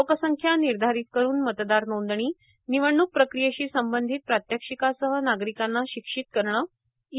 लोकसंख्या निर्धारित करुन मतदार नोंदणी निवडणुक प्रक्रियेशी संबंधित प्रात्यक्षिकासह नागरिकांना शिक्षित करणे ई